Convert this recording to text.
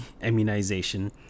immunization